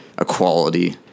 equality